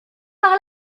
par